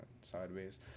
sideways